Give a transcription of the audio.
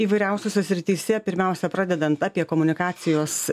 įvairiausiose srityse pirmiausia pradedant apie komunikacijos